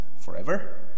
forever